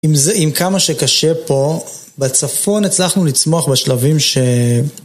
עם זה עם כמה שקשה פה, בצפון הצלחנו לצמוח בשלבים ש...